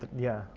yeah,